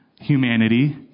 humanity